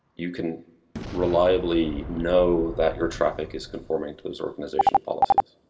you can reliably know that your traffic is conforming to those organizational policies.